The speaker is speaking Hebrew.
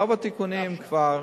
רוב התיקונים כבר